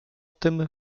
tym